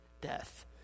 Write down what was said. death